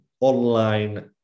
online